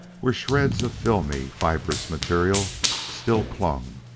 where shreds of filmy, fibrous material still clung,